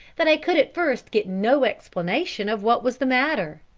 that i could at first get no explanation of what was the matter.